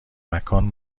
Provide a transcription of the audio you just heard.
مکان